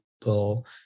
people